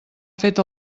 fet